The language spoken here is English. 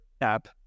app